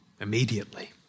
immediately